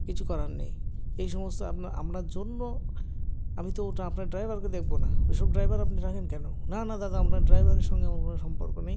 কিছু করার নেই এই সমস্ত আপনার জন্য আমি তো ওটা আপনার ড্রাইভারকে দেখব না ওই সব ড্রাইভার আপনি রাখেন কেন না না দাদা আপনার ড্রাইভারের সঙ্গে আমার কোনো সম্পর্ক নেই